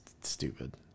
stupid